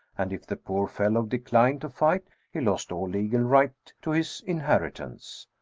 and if the poor fellow declined to fight, he lost all legal right to his inheritance.